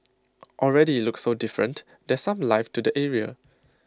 already IT looks so different there's some life to the area